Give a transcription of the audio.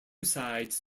sides